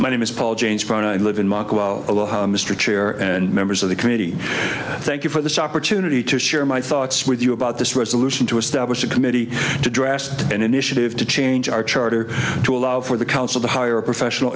brown i live in ma mr chair and members of the committee thank you for this opportunity to share my thoughts with you about this resolution to establish a committee to draft and initiative to change our charter to allow for the council to hire a professional